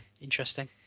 interesting